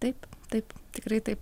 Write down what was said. taip taip tikrai taip